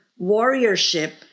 warriorship